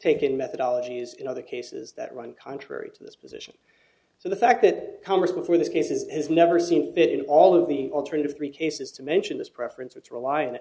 taken methodologies in other cases that run contrary to this position so the fact that congress before this cases has never seen it in all of the alternative three cases to mention this preference which rely